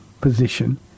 position